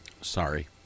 sorry